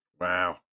Wow